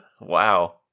Wow